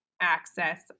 access